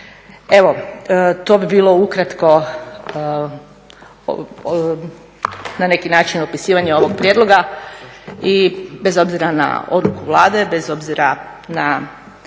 Evo to bi bilo ukratko na neki način opisivanje ovog prijedloga i bez obzira na odluku Vlade, bez obzira na